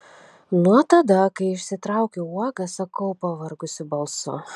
nuo tada kai išsitraukiau uogas sakau pavargusiu balsu